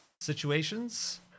situations